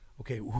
Okay